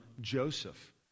Joseph